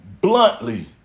bluntly